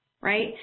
right